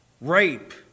rape